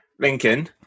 Lincoln